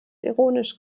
ironisch